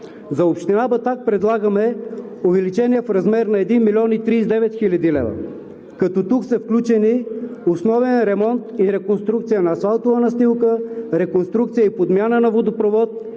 За община Батак предлагаме увеличението да е в размер на 1 млн. 39 хил. лв., като тук са включени основен ремонт, реконструкция на асфалтова настилка, реконструкция и подмяна на водопровод,